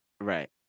Right